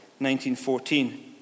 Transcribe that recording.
1914